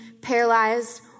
paralyzed